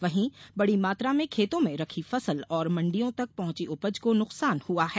वहीं बड़ी मात्रा में खेतों में रखी फसल और मंडियों तक पहुंची उपज को नुकसान हुआ है